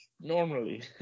normally